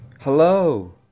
Hello